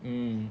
um